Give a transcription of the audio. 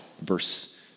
verse